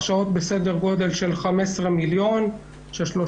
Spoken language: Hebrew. הרשאות בסדר גודל של 15 מיליון שקל,